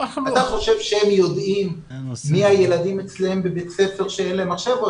אתה חושב שהם יודעים מי הילדים אצלם בבית הספר שאין להם מחשב?